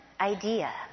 idea